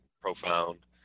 profound